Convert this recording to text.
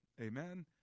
amen